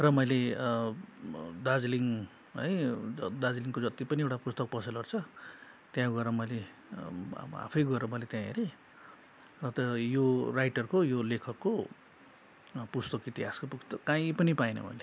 र मैले दार्जिलिङ है अब दार्जिलिङको जत्ति पनि एउटा पुस्तक पसलहरू छ त्यहाँ गएर मैले अब आफै गएर मैले त्यहाँ हेरेँ त यो राइटरको यो लेखकको पुस्तक इतिहासको पुस्तक काहीँ पनि पाइनँ मैले